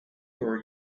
are